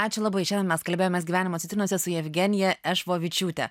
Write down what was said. ačiū labai šiandien mes kalbėjomės gyvenimo citrinose su jevgenija ešvovičiūte